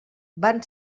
van